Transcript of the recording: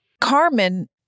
Carmen